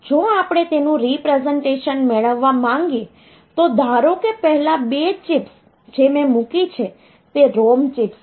જો આપણે તેનું રીપ્રેસનટેશન મેળવવા માંગીએ તો ધારો કે પહેલા 2 ચિપ્સ જે મેં મૂકી છે તે ROM ચિપ્સ છે